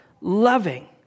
loving